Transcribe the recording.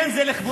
אין זה לכבודי,